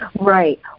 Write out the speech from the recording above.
Right